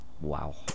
wow